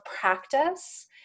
practice